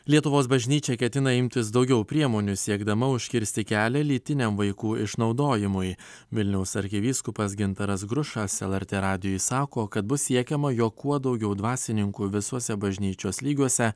lietuvos bažnyčia ketina imtis daugiau priemonių siekdama užkirsti kelią lytiniam vaikų išnaudojimui vilniaus arkivyskupas gintaras grušas lrt radijui sako kad bus siekiama jog kuo daugiau dvasininkų visuose bažnyčios lygiuose